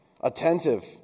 attentive